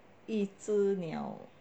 一只鸟